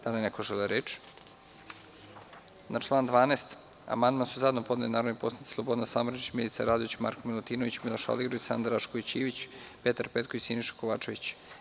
Da li neko želi reč? (Ne) Na član 12. amandman su zajedno podneli narodni poslanici Slobodan Samardžić, Milica Radović, Marko Milutinović, Miloš Aligrudić, Sanda Rašković Ivić, Petar Petković i Siniša Kovačević.